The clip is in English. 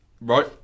Right